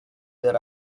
their